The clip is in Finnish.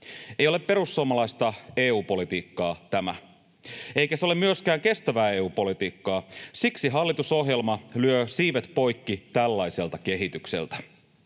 Ei ole perussuomalaista EU-politiikkaa tämä, eikä se ole myöskään kestävää EU-politiikkaa. Siksi hallitusohjelma lyö siivet poikki tällaiselta kehitykseltä.